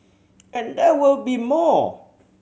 and there will be more